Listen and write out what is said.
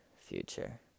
future